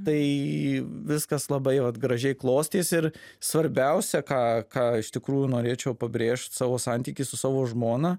tai viskas labai va gražiai klostėsi ir svarbiausia ką ką iš tikrųjų norėčiau pabrėžt savo santykį su savo žmona